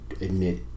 admit